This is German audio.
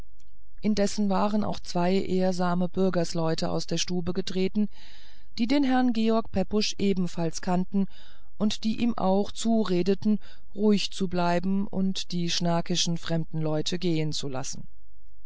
indessen waren auch zwei ehrsame bürgersleute aus der stube getreten die den herrn george pepusch ebenfalls kannten und die ihm auch zuredeten ruhig zu bleiben und die schnakischen fremden leute gehen zu lassen